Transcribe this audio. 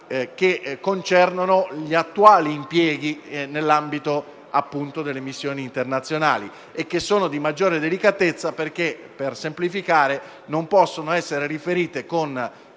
che concernono gli attuali impieghi nell'ambito delle missioni internazionali, che sono di maggiore delicatezza perché, per semplificare, non possono essere riferiti con